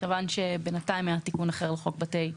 מכיוון שבינתיים היה תיקון אחר לחוק בתי הדין.